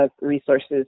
resources